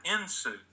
ensue